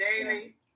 daily